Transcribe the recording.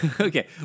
okay